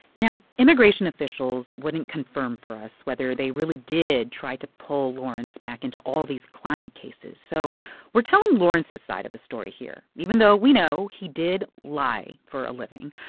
now immigration officials wouldn't confirm for us whether they really did try to pull lawrence back into all these client cases, so we're telling lawrence's side of the story here, even though we know he did lie for a living.